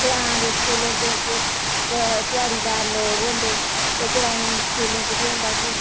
ग्रां दे स्कूलें च च ध्याड़ीदार लोक होंदे ते ग्राईं स्कूलें च केह् होंदा कि